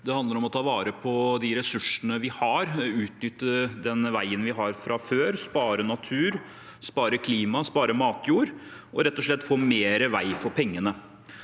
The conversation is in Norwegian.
Det handler om å ta vare på de ressursene vi har, utnytte den veien vi har fra før, spare natur, spare klimaet, spare matjord og rett og slett få mer vei for pengene.